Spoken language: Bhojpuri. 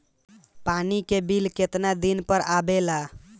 पानी के बिल केतना दिन पर आबे ला?